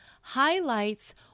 highlights